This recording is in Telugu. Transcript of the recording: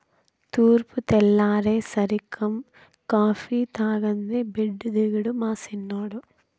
తూర్పు తెల్లారేసరికం కాఫీ తాగందే బెడ్డు దిగడు మా సిన్నోడు